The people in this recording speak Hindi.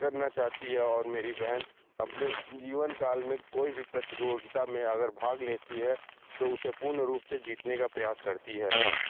करना चाहती है और मेरी बहन अपने जीवन काल में कोई भी प्रतियोगिता में अगर भाग लेती है तो उसे पूर्ण रूप से जीतने का प्रयास करती है